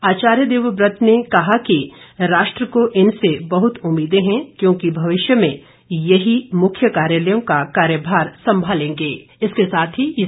आचार्य देवव्रत ने कहा कि राष्ट्र को इनसे बहुत उम्मीदें हैं क्योंकि भविष्य में यही मुख्य कार्यालयों का कार्यभार सम्भालेंगे